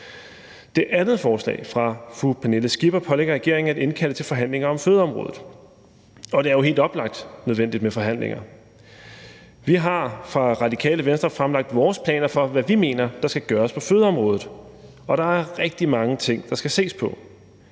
Det andet forslag fra fru Pernille Skipper pålægger regeringen at indkalde til forhandlinger om fødeområdet. Det er jo helt oplagt nødvendigt med forhandlinger. Vi har i Radikale Venstre fremlagt vores planer for, hvad vi mener, der skal gøres på fødeområdet, og der er rigtig mange ting, der skal ses på.